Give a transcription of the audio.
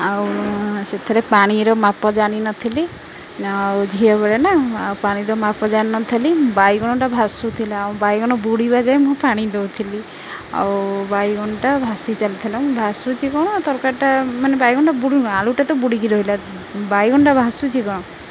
ଆଉ ସେଥିରେ ପାଣିର ମାପ ଜାଣିନଥିଲି ଆଉ ଝିଅ ବେଳେ ନା ଆଉ ପାଣିର ମାପ ଜାଣିନଥିଲି ବାଇଗଣଟା ଭାସୁଥିଲା ଆଉ ବାଇଗଣ ବୁଡ଼ିବା ଯାଇ ମୁଁ ପାଣି ଦେଉଥିଲି ଆଉ ବାଇଗଣଟା ଭାସି ଚାଲିଥିଲା ମୁଁ ଭାସୁଛି କଣ ତରକାରୀଟା ମାନେ ବାଇଗଣଟା ବୁଡ଼ୁ ଆଳୁଟା ତ ବୁଡ଼ିକି ରହିଲା ବାଇଗଣଟା ଭାସୁଛି କ'ଣ